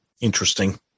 Interesting